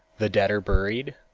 the dead are buried,